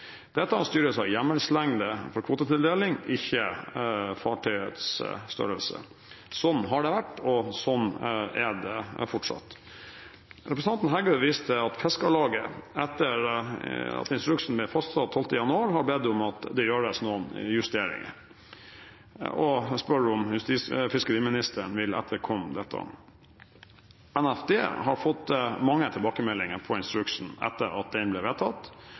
Dette styres av hjemmelslengde for kvotetildeling, ikke fartøyets størrelse. Sånn har det vært, og sånn er det fortsatt. Representanten Heggø viser til at Fiskarlaget, etter at instruksen ble fastsatt 12. januar, har bedt om at det gjøres noen justeringer, og spør om fiskeriministeren vil etterkomme dette. Nærings- og fiskeridepartementet har fått mange tilbakemeldinger på instruksen etter at den ble vedtatt.